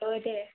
औ दे